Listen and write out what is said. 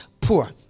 poor